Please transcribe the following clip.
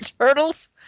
Turtles